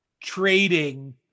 trading